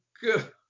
good